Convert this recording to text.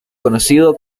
conocido